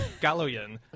Galoyan